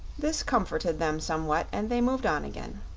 this comforted them somewhat, and they moved on again.